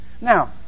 Now